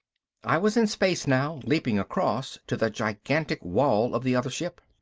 i was in space now, leaping across to the gigantic wall of the other ship.